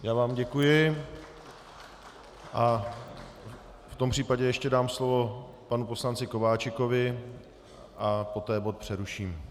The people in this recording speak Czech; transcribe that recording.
Já vám děkuji a v tom případě ještě dám slovo panu poslanci Kováčikovi a poté bod přeruším.